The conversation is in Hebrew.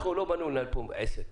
אנחנו לא באנו לנהל פה עסק,